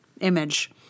image